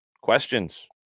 questions